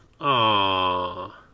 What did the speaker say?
Aww